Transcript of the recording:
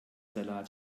salat